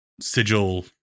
Sigil